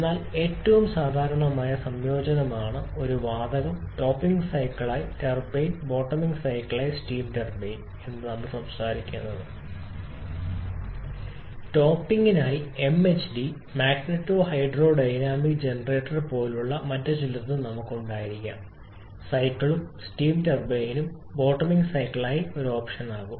എന്നാൽ ഏറ്റവും സാധാരണമായ സംയോജനമാണ് ഒരു വാതകം ടോപ്പിംഗ് സൈക്കിളായി ടർബൈൻ ബോട്ടമിംഗ് സൈക്കിളായി സ്റ്റീം ടർബൈൻ നിങ്ങൾ സംസാരിക്കുന്നത് ടോപ്പിംഗായി MHD magneto hydro dynamic generator പോലുള്ള മറ്റ് ചിലതും നമുക്ക് ഉണ്ടായിരിക്കാം സൈക്കിളും സ്റ്റീം ടർബൈനും ബോട്ടലിംഗ് സൈക്കിളായി ഒരു ഓപ്ഷനാകും